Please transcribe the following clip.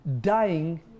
dying